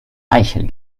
eichel